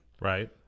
Right